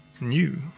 new